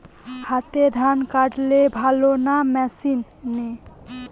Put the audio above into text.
হাতে ধান কাটলে ভালো না মেশিনে?